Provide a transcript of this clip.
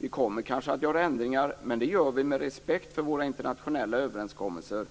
Vi kommer kanske att göra ändringar, men det gör vi med respekt för våra internationella överenskommelser.